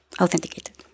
authenticated